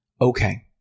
Okay